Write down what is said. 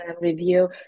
review